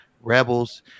Rebels